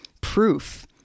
proof